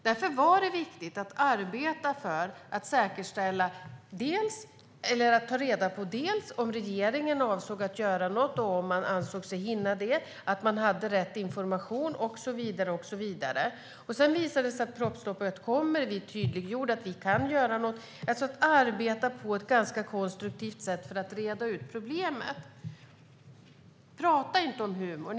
Därför var det viktigt att arbeta för att ta reda på om regeringen avsåg att göra något, om man ansåg sig hinna det, att man hade rätt information och så vidare. Sedan visade det sig att propositionsstoppet kom. Vi tydliggjorde att vi kan göra något och arbetade på ett ganska konstruktivt sätt för att reda ut problemet. Prata inte om humor!